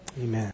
Amen